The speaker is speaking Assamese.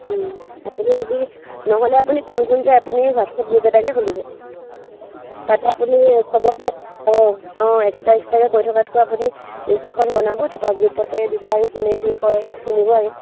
আপুনি আজি নহ'লে আপুনি কোন কোন যায় আপুনি হোৱাটছআপ গ্ৰুপ এটাকৈ খুলিব তাতে আপুনি সবকে অঁ অঁ এক্সট্ৰা এক্সট্ৰাকৈ কৈ থকাতকৈ আপুনি লিষ্ট এখন বনাব তাৰপৰা গ্ৰুপতে দিব আৰু কোনে কি কয় শুনিব আৰু